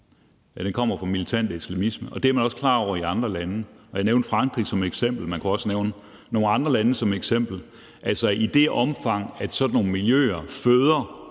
den kommer fra militant islamisme – og det er man også klar over i andre lande. Jeg nævnte Frankrig som eksempel. Man kunne også nævne nogle andre lande som eksempel. Altså, i det omfang sådan nogle miljøer føder